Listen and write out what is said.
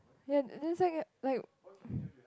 ya and then it's like like